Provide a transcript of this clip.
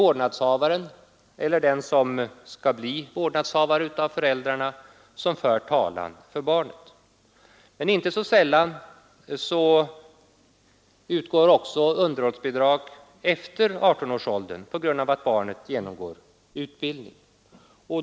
Vårdnadshavaren — eller den av föräldrarna som skall bli vårdnadshavare — för talan för barnet. Men inte så sällan utgår underhållsbidrag också efter 18 års ålder på grund av att barnet får utbildning.